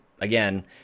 again